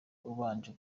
ubanje